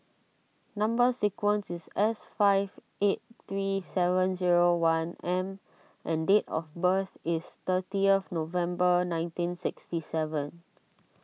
Number Sequence is S six five eight three seven zero one M and date of birth is thirtieth November nineteen sixty seven